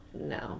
no